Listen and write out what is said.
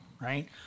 right